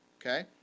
okay